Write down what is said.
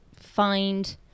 find